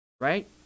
right